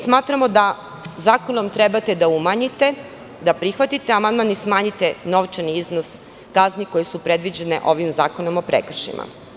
Smatramo da zakonom trebate da umanjite, da prihvatite amandman i da smanjite novčani iznos kazni koje su predviđene ovim zakonom o prekršajima.